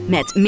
Met